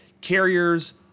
carriers